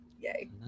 Yay